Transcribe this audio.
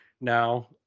now